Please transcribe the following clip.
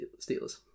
Steelers